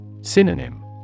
Synonym